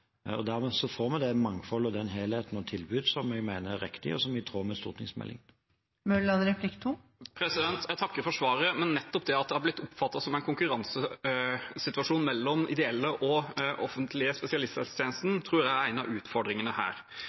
Dermed får vi det mangfoldet, den helheten og det tilbudet som jeg mener er riktig, og som er i tråd med stortingsmeldingen. Jeg takker for svaret, men nettopp det at det har blitt oppfattet som en konkurransesituasjon mellom ideelle og den offentlige spesialisthelsetjenesten, tror jeg er en av utfordringene her.